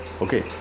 okay